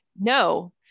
No